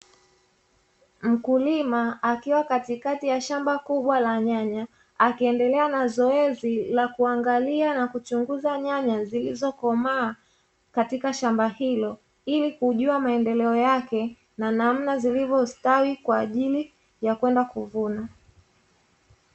Mkulima akiwa katikati ya shamba kubwa la nyanya, akiendelea na zoezi la kuangalia na kuchunguza nyanya zilizokomaa katika shamba hilo, ili kujua maendeleo yake na namna zilivyostawi kwa ajili ya kwenda kuvunwa.